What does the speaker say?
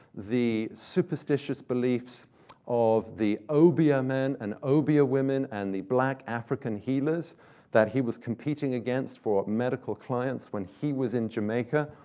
the superstitious beliefs of the obia men and obia women, and the black african healers that he was competing against for medical clients when he was in jamaica.